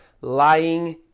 lying